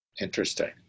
Interesting